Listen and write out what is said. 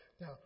Now